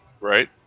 Right